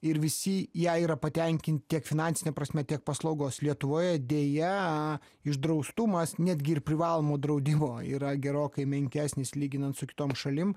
ir visi ja yra patenkinti tiek finansine prasme tiek paslaugos lietuvoje deja išdraustumas netgi ir privalomo draudimo yra gerokai menkesnis lyginant su kitom šalim